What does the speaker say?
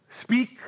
speak